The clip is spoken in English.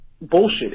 bullshit